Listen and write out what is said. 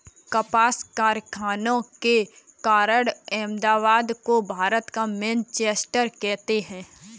कपास कारखानों के कारण अहमदाबाद को भारत का मैनचेस्टर कहते हैं